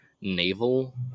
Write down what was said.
naval